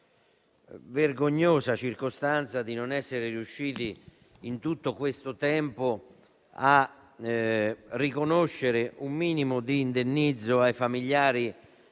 vergognosa circostanza di non essere riusciti in tutto questo tempo a riconoscere un indennizzo minimo ai familiari